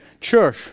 church